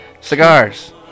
cigars